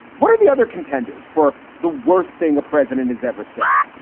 what are the other contenders for the worst thing a president has ever said?